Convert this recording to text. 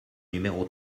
numéro